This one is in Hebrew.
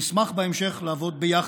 נשמח בהמשך לעבוד ביחד.